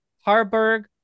Harburg